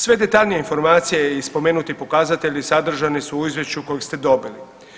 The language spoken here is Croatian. Sve detaljnije informacije i spomenuti pokazatelji sadržani su u izvješću kojeg ste dobili.